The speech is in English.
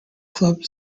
club